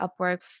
Upwork